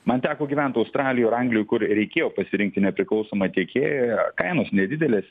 man teko gyvent australijoj ir anglijoj kur reikėjo pasirinkti nepriklausomą tiekėją kainos nedidelės